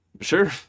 sure